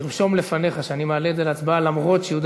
תרשום לפניך שאני מעלה את זה להצבעה אף שיהודה